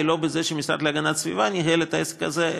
היא לא שהמשרד להגנת הסביבה ניהל את העסק הזה,